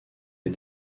est